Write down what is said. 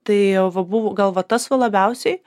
tai va buvo gal va tas va labiausiai